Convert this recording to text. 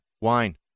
Wine